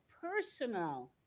personal